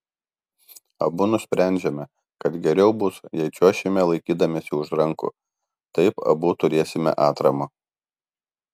abu nusprendžiame kad geriau bus jei čiuošime laikydamiesi už rankų taip abu turėsime atramą